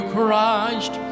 Christ